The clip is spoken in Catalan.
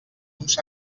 uns